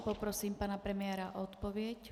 Poprosím pana premiéra o odpověď.